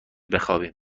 بخابیم